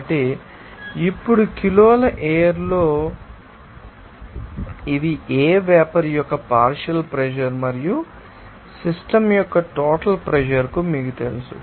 కాబట్టి ఇప్పుడు కిలోల ఎయిర్ కిలోలో ఇవి ఏ వేపర్ యొక్క పార్షియల్ ప్రెషర్ మరియు సిస్టమ్ యొక్క టోటల్ ప్రెషర్ మీకు తెలుసు